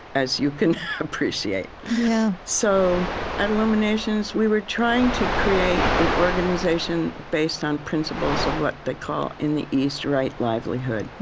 as you can appreciate so at illuminations, we were trying to create an organization based on principles of what they call in the east right livelihood,